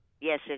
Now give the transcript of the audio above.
Yes